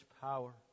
power